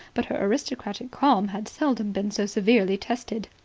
but her aristocratic calm had seldom been so severely tested.